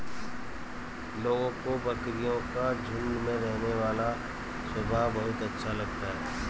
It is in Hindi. लोगों को बकरियों का झुंड में रहने वाला स्वभाव बहुत अच्छा लगता है